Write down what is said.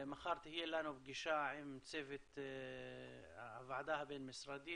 מחר תהיה לנו פגישה עם צוות הוועדה הבין משרדית